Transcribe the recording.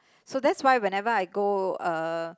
so that's why whenever I go uh